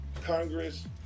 Congress